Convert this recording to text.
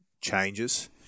changes